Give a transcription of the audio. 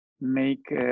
make